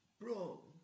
bro